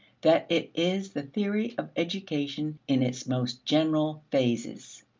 that it is the theory of education in its most general phases.